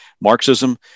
Marxism